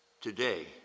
today